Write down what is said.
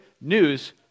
news